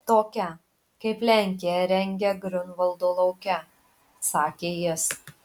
tokia kaip lenkija rengia griunvaldo lauke sakė jis